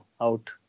out